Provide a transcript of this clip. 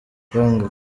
kwanga